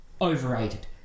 overrated